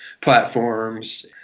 platforms